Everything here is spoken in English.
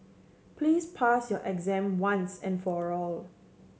please pass your exam once and for all